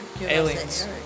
aliens